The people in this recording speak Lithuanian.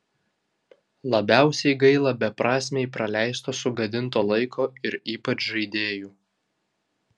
labiausiai gaila beprasmiai praleisto sugadinto laiko ir ypač žaidėjų